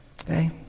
okay